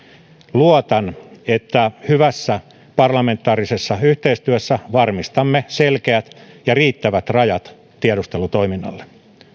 luotan että hyvässä parlamentaarisessa yhteistyössä varmistamme selkeät ja riittävät rajat tiedustelutoiminnalle